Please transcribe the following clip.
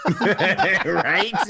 Right